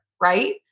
right